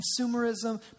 Consumerism